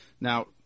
Now